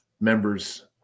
members